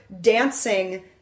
dancing